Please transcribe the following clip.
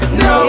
no